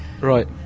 right